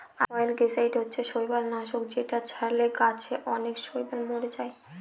অয়েলগেসাইড হচ্ছে শৈবাল নাশক যেটা ছড়ালে গাছে অনেক শৈবাল মোরে যায়